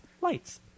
Lights